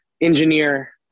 engineer